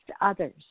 others